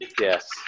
yes